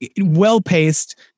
well-paced